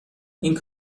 این